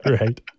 right